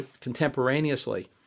contemporaneously